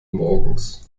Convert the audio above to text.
morgens